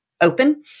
open